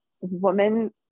woman